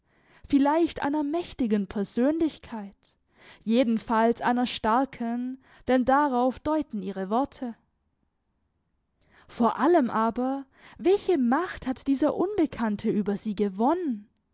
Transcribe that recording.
vielleicht einer mächtigen persönlichkeit jedenfalls einer starken denn darauf deuten ihre worte vor allem aber welche macht hat dieser unbekannte über sie gewonnen